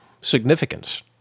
significance